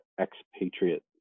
expatriate